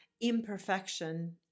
imperfection